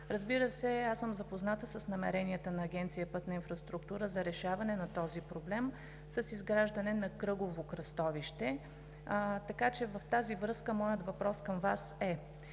Разбира се, аз съм запозната с намеренията на Агенция „Пътна инфраструктура“ за решаване на този проблем с изграждане на кръгово кръстовище, така че в тази връзка моят въпрос към Вас е: